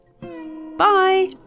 Bye